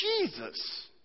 Jesus